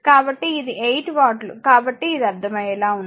కాబట్టి ఇది 8 వాట్ల కాబట్టి ఇది అర్థమయ్యేలా ఉంది